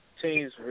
Teams